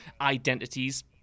identities